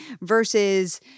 versus